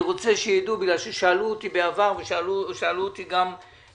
רוצה שידעו כי שאלו אותי בעבר וגם לאחרונה,